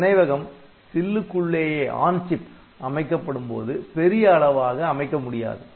நினைவகம் சில்லுக்குள்ளேயே அமைக்கப்படும்போது பெரிய அளவாக அமைக்க முடியாது